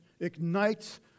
ignites